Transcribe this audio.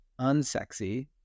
unsexy